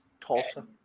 Tulsa